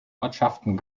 ortschaften